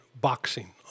boxing